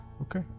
Okay